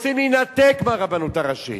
רוצים להינתק מהרבנות הראשית.